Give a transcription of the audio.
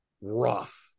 rough